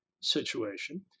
situation